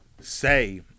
say